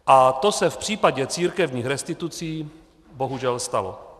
A to se v případě církevních restitucí bohužel stalo.